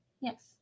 Yes